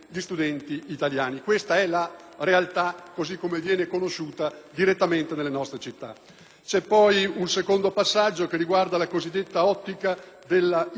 realtà così come viene conosciuta direttamente nelle nostre città. Un secondo passaggio riguarda la cosiddetta ottica dell'interscambiabilità delle culture.